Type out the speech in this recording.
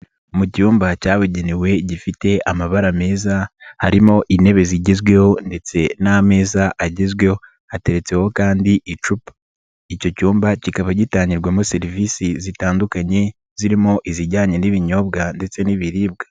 Mu cyumba cyabugenewe gifite amabara meza harimo intebe zigezweho ndetse n'ameza agezweho hateretseho kandi icupa, icyo cyumba kikaba gitangirwamo serivisi zitandukanye zirimo izijyanye n'ibinyobwa ndetse n'ibiribwa.